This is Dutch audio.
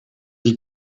die